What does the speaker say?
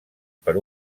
per